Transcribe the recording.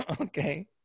Okay